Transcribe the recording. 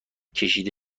کشیده